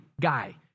guy